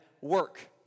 work